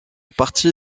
partie